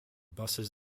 buses